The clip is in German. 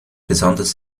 besonders